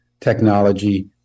technology